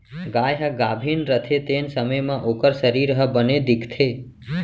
गाय ह गाभिन रथे तेन समे म ओकर सरीर ह बने दिखथे